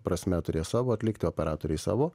prasme turės savo atlikti operatoriai savo